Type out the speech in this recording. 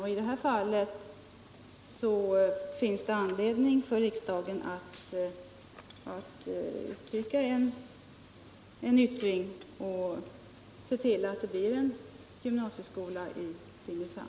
Och i detta fall finns det anledning för riksdagen att uttala en viljeyttring och se till att det blir en gymnasieskola i Simrishamn.